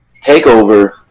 TakeOver